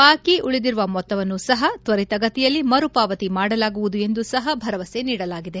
ಬಾಕಿ ಉಳಿಯುವ ಮೊತ್ತವನ್ನೂ ಸಹ ತ್ವರಿತಗತಿಯಲ್ಲಿ ಮರು ಪಾವತಿ ಮಾಡಲಾಗುವುದು ಎಂದೂ ಸಹ ಭರವಸೆ ನೀಡಲಾಗಿದೆ